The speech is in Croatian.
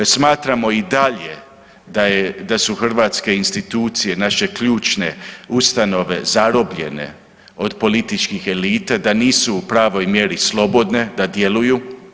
Smatramo i dalje da je, da su hrvatske institucije naše ključne ustanove, zarobljene od političkih elita, da nisu u pravoj mjeri slobodne da djeluju.